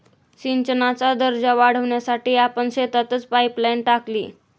सिंचनाचा दर्जा वाढवण्यासाठी आपण शेतातच पाइपलाइन टाकली